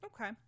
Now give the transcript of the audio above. Okay